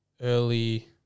early